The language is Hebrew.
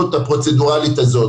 בהתנהלות הפרוצדוראלית הזו.